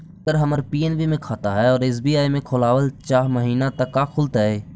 अगर हमर पी.एन.बी मे खाता है और एस.बी.आई में खोलाबल चाह महिना त का खुलतै?